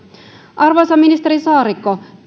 arvoisa ministeri saarikko